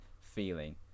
feeling